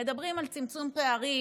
ומדברים על צמצום פערים,